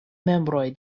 membroj